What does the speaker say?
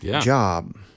job